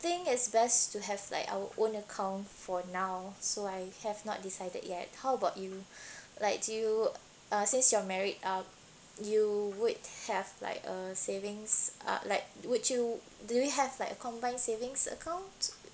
think it's best to have like our own account for now so I have not decided yet how about you like you since you're married um you would have like a savings uh like would you did you have like a combined savings account